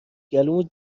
گلومو